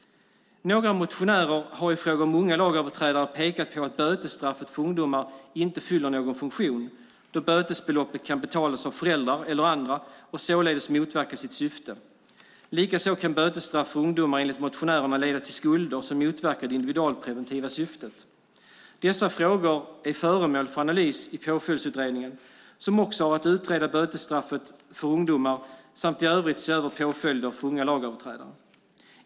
Några motionärer har i fråga om unga lagöverträdare pekat på att bötesstraffet för ungdomar inte fyller någon funktion, då bötesbeloppet kan betalas av föräldrar eller andra och således motverka sitt syfte. Likaså kan bötesstraff för ungdomar enligt motionärerna leda till skulder som motverkar det individualpreventiva syftet. Dessa frågor är föremål för analys i Påföljdsutredningen, som också har att utreda bötesstraffet för ungdomar samt i övrigt se över påföljderna för unga lagöverträdare.